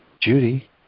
Judy